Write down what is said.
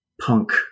punk